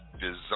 Design